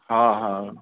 हा हा